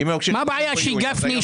מה הבעיה שגפני,